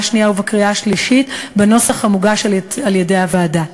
שנייה ובקריאה שלישית בנוסח המוגש על-ידי הוועדה.